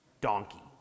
donkey